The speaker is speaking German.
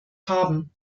haben